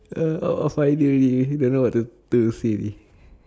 a lot of idea already don't know what to to fill really